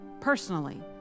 personally